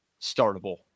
startable